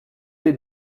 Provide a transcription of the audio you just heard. des